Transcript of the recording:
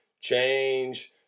change